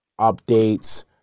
updates